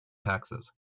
taxes